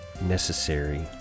necessary